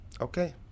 okay